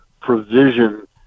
provision